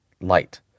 light